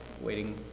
waiting